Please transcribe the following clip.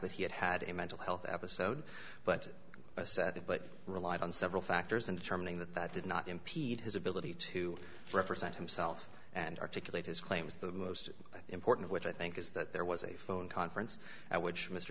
that he had had a mental health episode but i said that but relied on several factors in determining that that did not impede his ability to represent himself and articulate his claims the most important which i think is that there was a phone conference at which mr